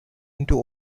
into